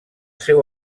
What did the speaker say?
seu